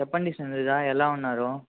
చెప్పండి సంగీత ఎలా ఉన్నారు